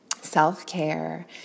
self-care